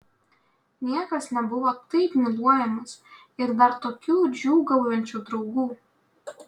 niekas nebuvo taip myluojamas ir dar tokių džiūgaujančių draugų